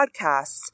podcasts